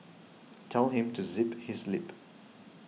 tell him to zip his lip